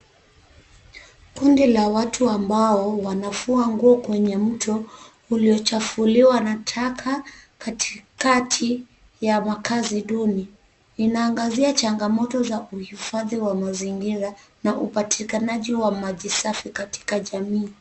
Kundi la watu ambao wanafua nguo kwenye mto uliochafuliwa na taka katika ya makazi duni. Inaangazia changamoto za uhifadhi wa mazingira na upatikanaji wa maji safi katika jamii.